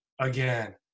Again